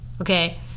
okay